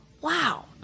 wow